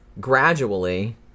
gradually